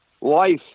life